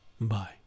Bye